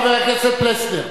חבר הכנסת פלסנר.